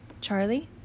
Charlie